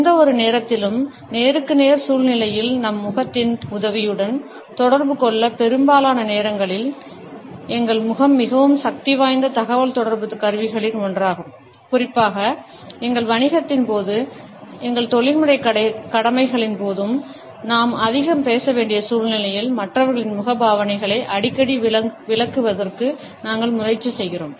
எந்தவொரு நேரத்திலும் நேருக்கு நேர் சூழ்நிலையில் நம் முகத்தின் உதவியுடன் தொடர்பு கொள்ள பெரும்பாலான நேரங்களில் முகம் மிகவும் சக்திவாய்ந்த தகவல்தொடர்பு கருவிகளில் ஒன்றாகும் குறிப்பாக எங்கள் வணிகத்தின் போது எங்கள் தொழில்முறை கடமைகளின் போது நாம் அதிகம் பேச வேண்டிய சூழ்நிலைகளில் மற்றவர்களின் முகபாவனைகளை அடிக்கடி விளக்குவதற்கு நாங்கள் முயற்சி செய்கிறோம்